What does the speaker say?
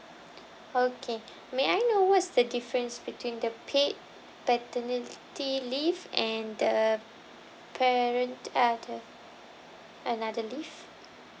okay may I know what's the difference between the paid paternity leave and the parent uh the another leave